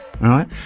right